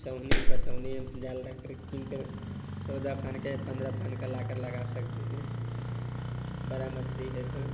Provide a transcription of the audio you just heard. चौनी पचौनी हम जाल लाकर किन कर चौदह फान का या पंद्रह फान का लाकर लगा सकते हैं बड़ा मछली है तो